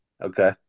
Okay